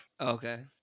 Okay